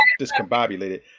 discombobulated